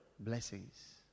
blessings